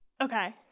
Okay